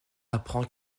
apprend